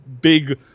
big